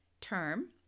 term